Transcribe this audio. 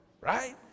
Right